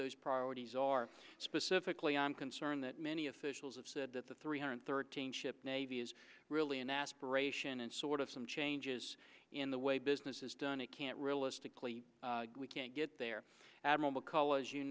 those priorities are specifically i'm concerned that many officials have said that the three hundred thirteen ship navy is really an aspiration and sort of some changes in the way business is done it can't realistically we can't get there admiral mccall as you